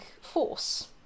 force